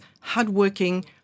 hardworking